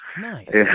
Nice